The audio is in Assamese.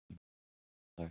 হয়